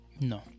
no